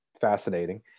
fascinating